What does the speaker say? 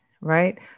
right